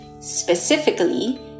specifically